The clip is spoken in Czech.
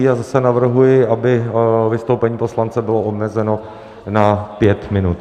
Já zase navrhuji, aby vystoupení poslance bylo omezeno na pět minut.